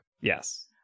yes